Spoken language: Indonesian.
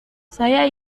saya